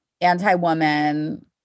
anti-woman